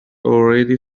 already